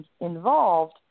involved